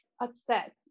upset